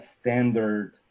standard